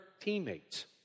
teammates